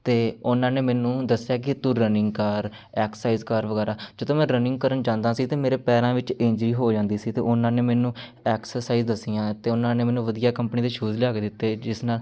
ਅਤੇ ਉਹਨਾਂ ਨੇ ਮੈਨੂੰ ਦੱਸਿਆ ਕਿ ਤੂੰ ਰਨਿੰਗ ਕਰ ਐਕਸਰਸਾਈਜ਼ ਕਰ ਵਗੈਰਾ ਜਦੋਂ ਮੈਂ ਰਨਿੰਗ ਕਰਨ ਜਾਂਦਾ ਸੀ ਤਾਂ ਮੇਰੇ ਪੈਰਾਂ ਵਿੱਚ ਇੰਜਰੀ ਹੋ ਜਾਂਦੀ ਸੀ ਤਾਂ ਉਹਨਾਂ ਨੇ ਮੈਨੂੰ ਐਕਸਰਸਾਈਜ਼ ਦੱਸੀਆਂ ਅਤੇ ਉਹਨਾਂ ਨੇ ਮੈਨੂੰ ਵਧੀਆ ਕੰਪਨੀ ਦੇ ਸ਼ੂਜ਼ ਲਿਆ ਕੇ ਦਿੱਤੇ ਜਿਸ ਨਾਲ